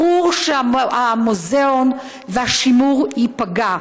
ברור שהמוזיאון והשימור ייפגעו.